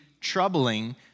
troubling